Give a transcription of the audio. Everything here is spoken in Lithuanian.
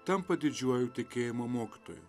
tampa didžiuoju tikėjimo mokytoju